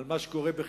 על מה שקורה בחינוך.